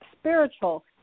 spiritual